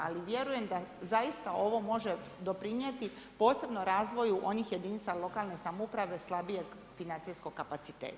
Ali vjerujem da zaista ovo može doprinijeti posebno razvoju onih jedinica lokalne samouprave slabijeg financijskog kapaciteta.